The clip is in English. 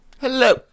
Hello